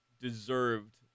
deserved